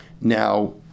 now